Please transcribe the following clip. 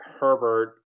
Herbert